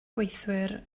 gweithwyr